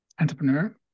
entrepreneur